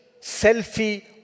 selfie